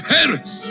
Paris